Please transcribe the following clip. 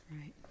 Right